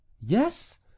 yes